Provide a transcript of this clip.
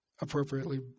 appropriately